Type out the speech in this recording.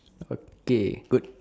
okay good